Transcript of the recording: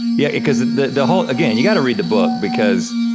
yeah because the the whole, again, you got to read the book, because,